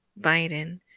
Biden